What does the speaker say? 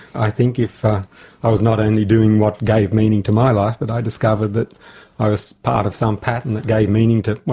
i think if i was not only doing what gave meaning to my life, but i discovered that i was part of some pattern that gave meaning to, well,